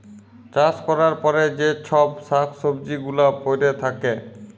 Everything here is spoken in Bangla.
চাষ ক্যরার পরে যে চ্ছব শাক সবজি গুলা পরে থাক্যে